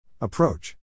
Approach